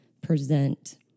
present